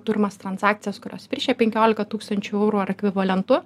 turimas transakcijas kurios viršija penkiolika tūkstančių eurų ar ekvivalentu